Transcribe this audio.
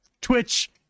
Twitch